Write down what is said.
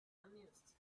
amused